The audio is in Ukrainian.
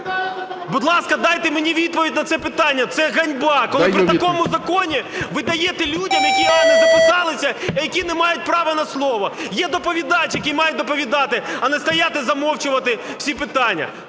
Будь ласка, дайте мені відповідь на це питання. Це ганьба, коли при такому законі ви даєте людям, які реально записалися, і які не мають право на слово. Є доповідач, який має доповідати, а не стояти замовчувати всі питання.